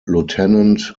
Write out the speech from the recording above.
lieutenant